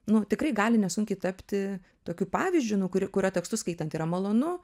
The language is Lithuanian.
nu tikrai gali nesunkiai tapti tokiu pavyzdžiu nu kur kurio tekstus skaitant yra malonu